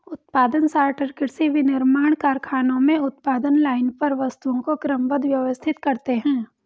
उत्पादन सॉर्टर कृषि, विनिर्माण कारखानों में उत्पादन लाइन पर वस्तुओं को क्रमबद्ध, व्यवस्थित करते हैं